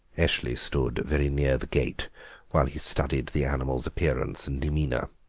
eshley stood very near the gate while he studied the animal's appearance and demeanour.